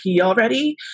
already